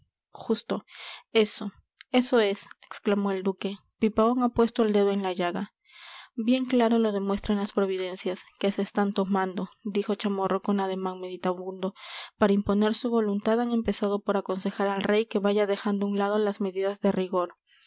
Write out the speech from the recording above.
justo eso eso es exclamó el duque pipaón ha puesto el dedo en la llaga bien claro lo demuestran las providencias que se están tomando dijo chamorro con ademán meditabundo para imponer su voluntad han empezado por aconsejar al rey que vaya dejando a un lado las medidas de rigor